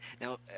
Now